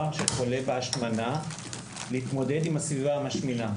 שחולה בהשמנה להתמודדות עם הסביבה המשמינה,